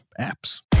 apps